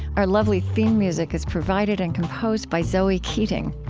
our lovely theme music is provided and composed by zoe keating.